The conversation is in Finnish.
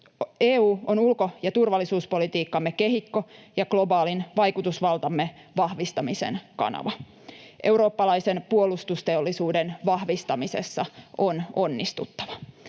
EU on ulko- ja turvallisuuspolitiikkamme kehikko ja globaalin vaikutusvaltamme vahvistamisen kanava. Eurooppalaisen puolustusteollisuuden vahvistamisessa on onnistuttava.